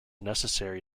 necessary